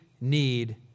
need